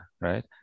right